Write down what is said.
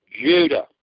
Judah